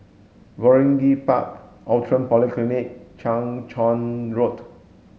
Waringin Park Outram Polyclinic Chang Charn Road